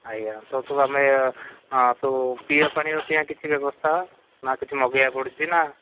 ଆଜ୍ଞା ତ ସବୁ ଆମେ ସବୁ ପିଇବା ପାଣିର ପାଇଁ କିଛି ବ୍ୟବସ୍ଥା ନା କିଛି ମଗେଇବାକୁ ପଡ଼ୁଛି ନା